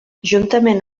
juntament